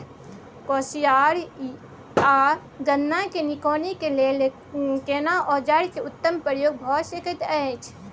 कोसयार आ गन्ना के निकौनी के लेल केना औजार के उत्तम प्रयोग भ सकेत अछि?